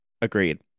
Agreed